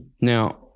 Now